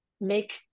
make